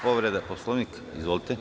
Povreda Poslovnika, izvolite.